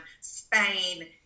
Spain